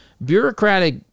Bureaucratic